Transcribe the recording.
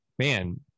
man